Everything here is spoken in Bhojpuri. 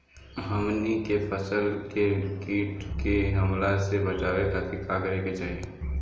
हमनी के फसल के कीट के हमला से बचावे खातिर का करे के चाहीं?